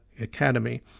Academy